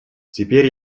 теперь